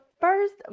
first